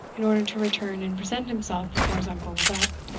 in order to return and present himself before his uncle was up.